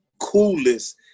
coolest